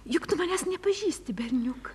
juk tu manęs nepažįsti berniuk